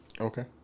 Okay